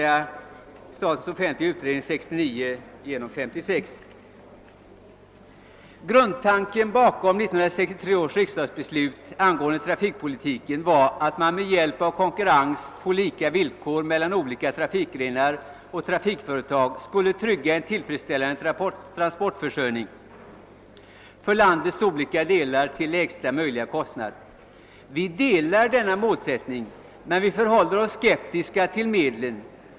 Grundtanken bakom 1963 års riksdagsbeslut angående trafikpolitiken var att man med hjälp av konkurrens på lika villkor mellan olika trafikgrenar och trafikföretag skulle trygga en tillfredsställande transportförsörjning för landets olika delar till lägsta möjliga kostnad. Vi delar denna målsättning, men vi förhåller oss skeptiska till medlen.